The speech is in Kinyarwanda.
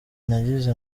nagize